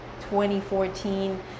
2014